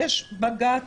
יש בג"ץ,